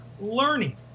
learning